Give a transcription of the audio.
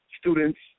students